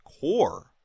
core